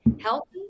healthy